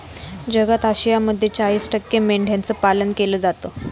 जगात आशियामध्ये चाळीस टक्के मेंढ्यांचं पालन केलं जातं